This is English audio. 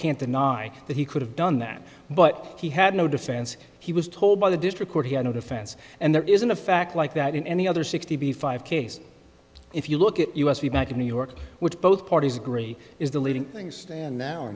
can't deny that he could have done that but he had no defense he was told by the district court he had no defense and there isn't a fact like that in any other sixty five case if you look at us we're back in new york which both parties agree is the leading things stand now